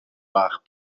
bach